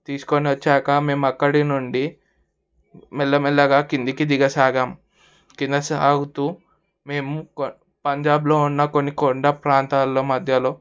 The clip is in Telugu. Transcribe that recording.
తీసుకొని వచ్చాక మేము అక్కడి నుండి మెల్లమెల్లగా కిందికి దిగసాగం సాగుతూ మేము పంజాబ్లో ఉన్న కొన్ని కొండ ప్రాంతాల్లో మధ్యలో